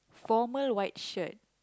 formal white shirt